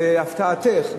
ולהפתעתך,